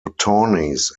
attorneys